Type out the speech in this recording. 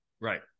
Right